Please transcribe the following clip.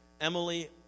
Emily